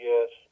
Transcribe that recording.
Yes